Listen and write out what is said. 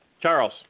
Charles